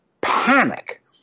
panic